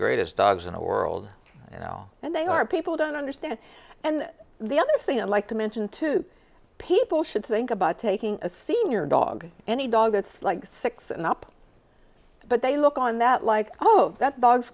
greatest dogs in the world now and they are people don't understand and the other thing i'd like to mention to people should think about taking a senior dog any dog that's like six and up but they look on that like oh that dog's